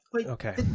okay